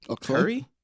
Curry